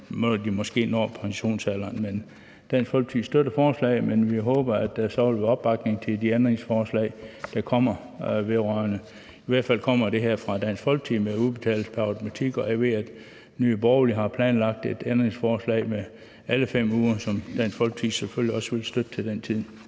end når de når pensionsalderen. Så Dansk Folkeparti støtter forslaget, men vi håber, at der så vil være opbakning til de ændringsforslag, der kommer, i hvert fald det, der kommer her fra Dansk Folkeparti vedrørende udbetaling pr. automatik. Jeg ved, at Nye Borgerlige har planlagt et ændringsforslag med alle 5 uger, som Dansk Folkeparti selvfølgelig også vil støtte til den tid,